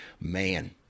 man